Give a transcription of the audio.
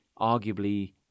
arguably